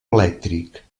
elèctric